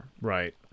Right